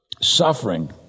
suffering